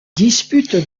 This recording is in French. dispute